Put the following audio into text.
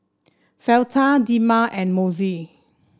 Fleta Dema and Mossie